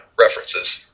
references